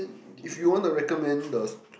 if you want to recommend the